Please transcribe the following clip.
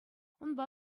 унпа